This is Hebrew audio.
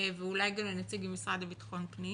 ואולי גם לנציג ממשרד בטחון פנים